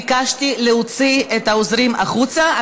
ביקשתי להוציא את העוזרים החוצה.